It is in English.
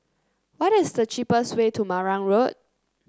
what is the cheapest way to Marang Road